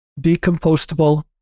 decompostable